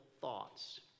thoughts